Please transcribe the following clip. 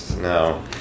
No